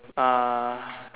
uh